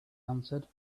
answered